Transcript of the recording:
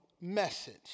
message